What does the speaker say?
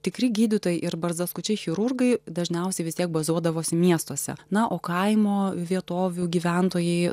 tikri gydytojai ir barzdaskučiai chirurgai dažniausiai vis tiek bazuodavosi miestuose na o kaimo vietovių gyventojai